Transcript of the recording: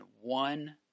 one